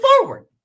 forward